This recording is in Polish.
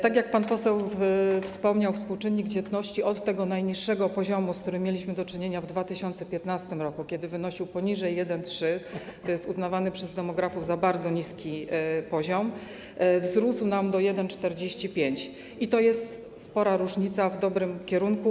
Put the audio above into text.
Tak jak pan poseł wspomniał, współczynnik dzietności od tego najniższego poziomu, z którym mieliśmy do czynienia w 2015 r., kiedy wynosił poniżej 1,3 - który jest uznawany przez demografów za bardzo niski poziom - wzrósł do 1,45, i to jest spora różnica w dobrym kierunku.